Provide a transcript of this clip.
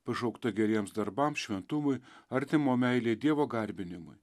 pašaukta geriems darbams šventumui artimo meilei dievo garbinimui